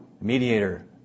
Mediator